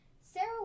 Sarah